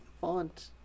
font